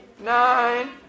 nine